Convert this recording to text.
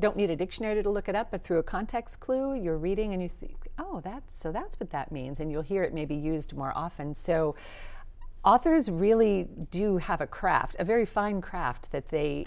don't need a dictionary to look at up to through a context clue you're reading and you think oh that's so that's what that means and you'll hear it may be used more often so authors really do have a craft a very fine craft that they